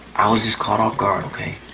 i was just caught off guard okay?